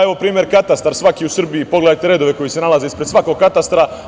Evo, primer katastar svaki u Srbiji, pogledajte redove koji se nalaze ispred svakog katastra.